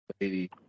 lady